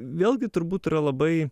vėlgi turbūt yra labai